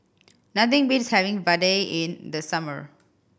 nothing beats having vadai in the summer